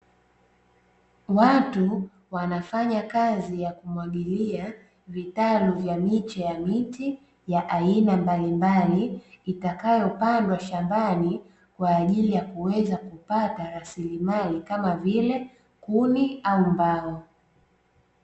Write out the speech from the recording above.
Watu wanafanya kazi ya kumwagilia vitalu vya miche ya miti ya aina mbalimbali, itakayopandwa shambani kwa ajili ya kuweza kupata rasilimali kama vile kuni au mbao.